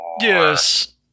Yes